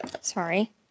Sorry